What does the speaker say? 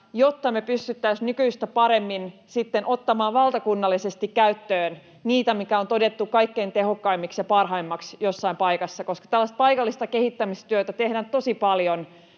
jotta me pystyttäisiin nykyistä paremmin sitten ottamaan valtakunnallisesti käyttöön niitä, mitkä on todettu kaikkein tehokkaimmiksi ja parhaimmiksi jossain paikassa. Koska tällaista paikallista kehittämistyötä tehdään tosi paljon,